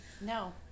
no